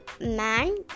man